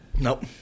Nope